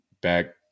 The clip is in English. back